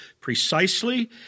precisely